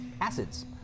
acids